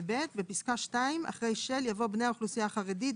בפסקה (2) אחרי "של" יבוא "בני האוכלוסיה החרדית,